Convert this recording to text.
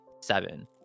seven